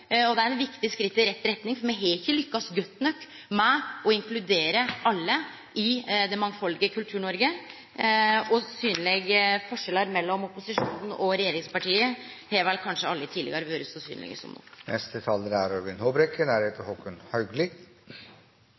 er eit viktig skritt i rett retning, for me har ikkje lukkast godt nok med å inkludere alle i det mangfaldige Kultur-Noreg, og forskjellane mellom opposisjonen og regjeringspartia har vel kanskje aldri tidlegare vore så synlege som